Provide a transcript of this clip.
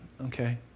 okay